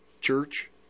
Church